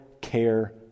care